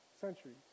centuries